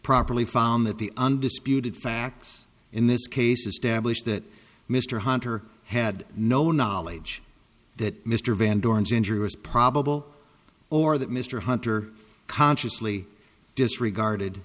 properly found that the undisputed facts in this case establish that mr hunter had no knowledge that mr van dorn's injury was probable or that mr hunter consciously disregarded